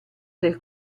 del